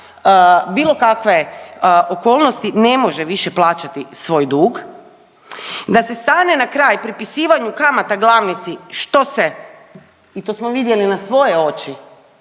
bilo kakve okolnosti ne može više plaćati svoj dug, da se stane na kraj pripisivanju kamata glavnici što se i to smo vidjeli na svoje oči